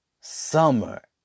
summer